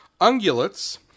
ungulates